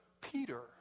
Peter